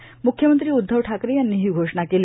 म्ख्यमंत्री उद्धव ठाकरे यांनी ही घोषणा केली